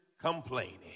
complaining